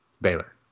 Baylor